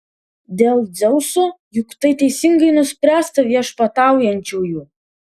dėl dzeuso juk tai teisingai nuspręsta viešpataujančiųjų